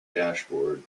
dashboard